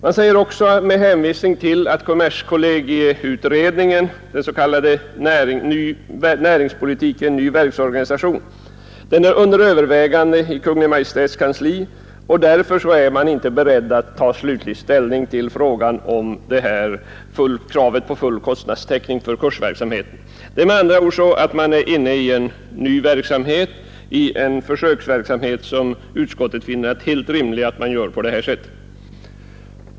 Departementschefen hänvisar också till att kommerskollegieutredningens betänkande ”Näringspolitiken — ny verksorganisation” är under övervägande i Kungl. Maj:ts kansli och framhåller att han därför inte är beredd att ta slutlig ställning till kravet på full kostnadstäckning för kursverksamheten. Man är med andra ord inne i en ny verksamhet, en försöksverksamhet, och utskottet finner det helt rimligt att göra på det sätt departementschefen förordar.